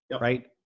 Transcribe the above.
right